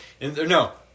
No